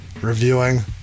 reviewing